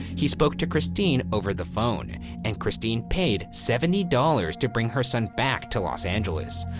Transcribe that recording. he spoke to christine over the phone and christine paid seventy dollars to bring her son back to los angeles.